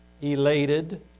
elated